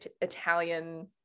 italian